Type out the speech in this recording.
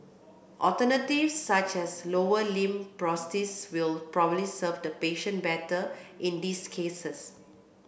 alternatives such as lower limb prosthesis will probably serve the patient better in these cases